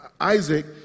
Isaac